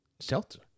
shelter